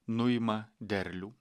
nuima derlių